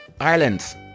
Ireland